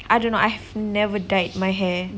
I don't know I've never dyed my hair